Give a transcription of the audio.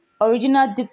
original